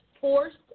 forced